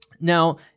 Now